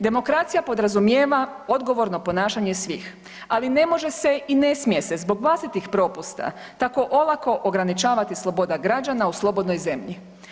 Demokracija podrazumijeva odgovorno ponašanje svih, ali ne može se i ne smije se zbog vlastitih propusta tako olako ograničavati sloboda građana u slobodnoj zemlji.